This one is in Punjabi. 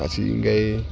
ਅਸੀਂ ਗਏ